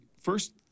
first